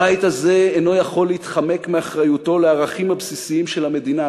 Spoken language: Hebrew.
הבית הזה אינו יכול להתחמק מאחריותו לערכים הבסיסיים של המדינה,